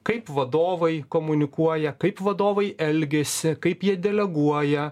kaip vadovai komunikuoja kaip vadovai elgiasi kaip jie deleguoja